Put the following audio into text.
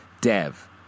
Dev